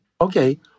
okay